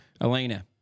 Elena